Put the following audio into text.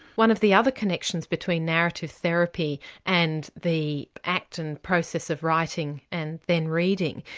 one of the other connections between narrative therapy and the act and process of writing and then reading,